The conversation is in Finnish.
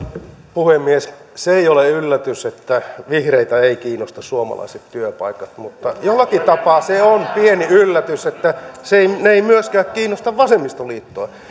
puhemies se ei ole yllätys että vihreitä eivät kiinnosta suomalaiset työpaikat mutta jollakin tapaa se on pieni yllätys että ne eivät myöskään kiinnosta vasemmistoliittoa